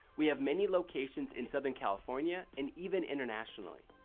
we have many locations in souther and california, and even internationally.